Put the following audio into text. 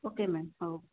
ଓ କେ ma'am ହେଉ